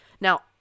Now